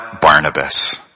Barnabas